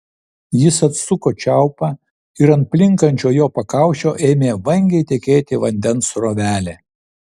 jis atsuko čiaupą ir ant plinkančio jo pakaušio ėmė vangiai tekėti vandens srovelė